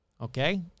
Okay